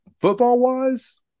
Football-wise